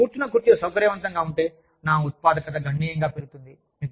నేను కూర్చున్న కుర్చీ సౌకర్యవంతంగా ఉంటే నా ఉత్పాదకత గణనీయంగా పెరుగుతుంది